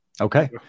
Okay